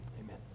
Amen